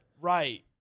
Right